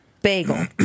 Bagel